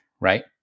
right